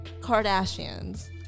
Kardashians